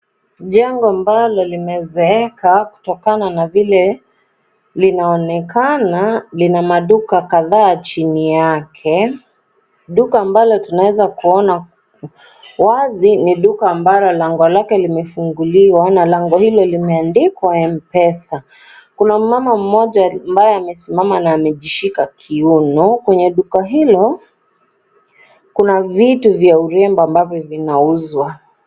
Jengo ambalo limezeeka kutokana na vile linaonekana. Lina maduka kadhaa chini yake. Duka ambalo tunawezakuona wazi ni duka ambalo lango lake limefunguliwa na lango hilo limeandikwa Mpesa. Kuna mama mmoja ambaye amesimama na amejishika kiuno. Kwenye duka hilo kuna vitu vya urembo ambavyo vinauzwa.